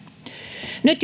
nyt